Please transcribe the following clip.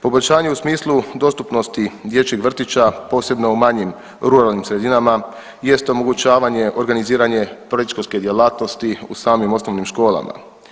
Poboljšanje u smislu dostupnosti dječjeg vrtića, posebno u manjim ruralnim sredinama jest omogućavanje organiziranje predškolske djelatnosti u samim osnovnim školama.